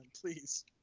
please